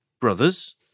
brothers